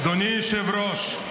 אדוני היושב-ראש,